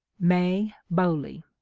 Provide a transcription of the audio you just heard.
may bowley.